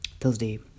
Thursday